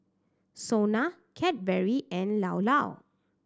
SONA Cadbury and Llao Llao